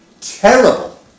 terrible